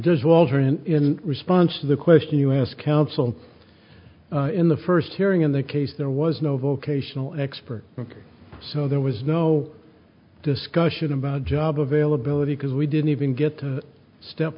walter in response to the question us counsel in the first hearing in that case there was no vocational expert so there was no discussion about job availability because we didn't even get to step